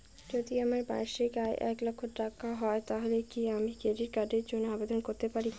যদি আমার বার্ষিক আয় এক লক্ষ টাকা হয় তাহলে কি আমি ক্রেডিট কার্ডের জন্য আবেদন করতে পারি?